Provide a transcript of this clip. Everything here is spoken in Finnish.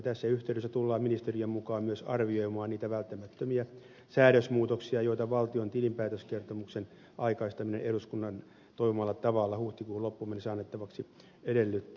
tässä yhteydessä tullaan ministeriön mukaan myös arvioimaan niitä välttämättömiä säädösmuutoksia joita valtion tilinpäätöskertomuksen aikaistaminen eduskunnan toivomalla tavalla huhtikuun loppuun mennessä annettavaksi edellyttää